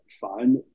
fine